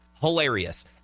hilarious